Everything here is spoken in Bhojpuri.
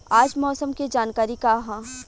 आज मौसम के जानकारी का ह?